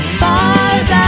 bars